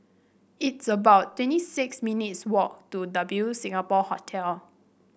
it's about twenty six minutes walk to W Singapore Hotel